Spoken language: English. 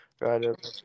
right